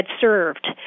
served